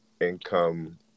income